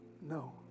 No